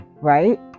Right